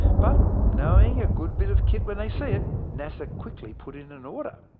but knowing a good bit of kit when they see it, nasa quickly put in an order.